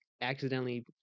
accidentally